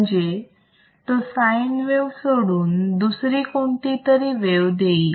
म्हणजे तो sine wave सोडून दुसरी कोणतीतरी वेव देईल